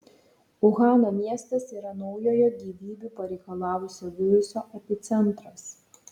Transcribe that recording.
uhano miestas yra naujojo gyvybių pareikalavusio viruso epicentras